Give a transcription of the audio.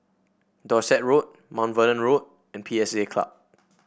Dorset Road Mount Vernon Road and P S A Club